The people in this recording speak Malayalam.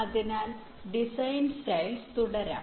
അതിനാൽ ഡിസൈൻ സ്റ്റൈൽസ് തുടരാം